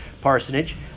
Parsonage